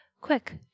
Quick